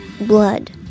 Blood